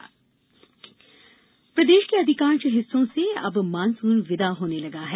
मौसम प्रदेश के अधिकांश हिस्सों से अब मॉनसून विदा होने लगा है